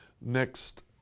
Next